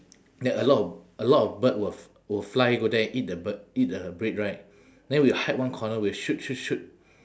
then a lot of a lot of bird will will fly go there eat the bird eat the bread right then we'll hide one corner we'll shoot shoot shoot